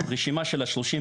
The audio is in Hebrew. הרשימה של ה-31.